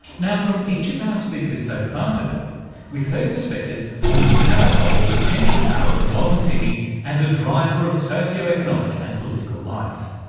now, from each of our speakers so far today we've heard perspectives on the power or potential power of the modern city as a driver of socio-economic and political life.